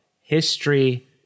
history